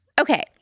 Okay